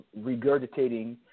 regurgitating